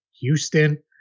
Houston